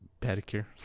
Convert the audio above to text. pedicure